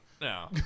No